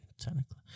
technically